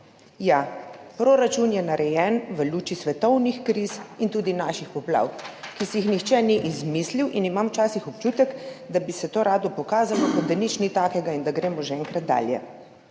Ja, proračun je narejen v luči svetovnih kriz in tudi naših poplav, ki si jih nihče ni izmislil, in imam včasih občutek, da bi se to rado pokazalo, kot da ni nič takega in da gremo že enkrat dalje.